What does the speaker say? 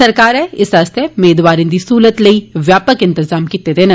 सरकारै इस आस्तै मेदवारें दी सहलतें लेई व्यापक इंतजाम कीते दे न